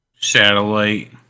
Satellite